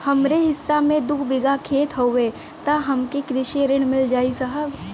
हमरे हिस्सा मे दू बिगहा खेत हउए त हमके कृषि ऋण मिल जाई साहब?